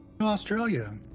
Australia